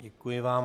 Děkuji vám.